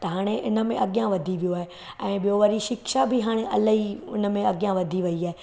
त हाणे इनमें अॻियां वधी वियो आहे ऐं ॿियो वरी शिक्षा बि हाणे इलाही उनमें अॻियां वधी वई आहे